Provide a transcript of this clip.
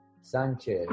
Sanchez